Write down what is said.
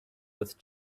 with